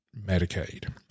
Medicaid